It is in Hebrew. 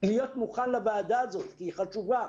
להיות מוכן לוועדה הזאת כי היא חשובה.